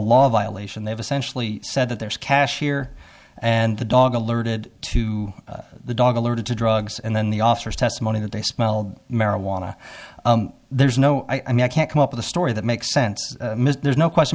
of violation they've essentially said that there's a cashier and the dog alerted to the dog alerted to drugs and then the officers testimony that they smelled marijuana there's no i mean i can't come up with a story that makes sense there's no question